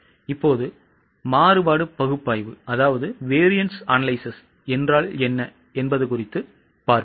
இப்போது மாறுபாடு பகுப்பாய்வு என்றால் என்ன என்று பார்ப்போம்